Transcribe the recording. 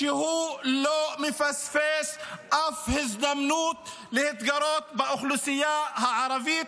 כשהוא לא מפספס אף הזדמנות להתגרות באוכלוסייה הערבית.